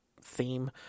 theme